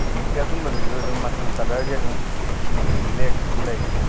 ꯑꯦ ꯑꯗꯨꯝꯕꯗꯁꯨ ꯑꯗꯨꯝ ꯃꯆꯨ ꯀꯂꯔꯁꯦ ꯑꯗꯨꯝ ꯕ꯭ꯂꯦꯛ ꯑꯗꯨꯝ ꯂꯩꯒꯗ꯭ꯔꯥ